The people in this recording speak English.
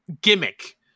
gimmick